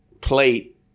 plate